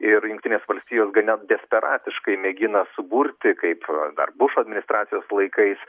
ir jungtinės valstijos gana desperatiškai mėgina suburti kaip dar bušo administracijos laikais